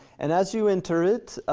and as you enter it,